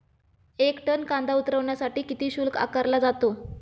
एक टन कांदा उतरवण्यासाठी किती शुल्क आकारला जातो?